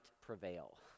prevail